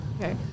Okay